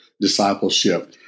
discipleship